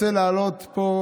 אני רוצה לעלות לפה